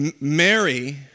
Mary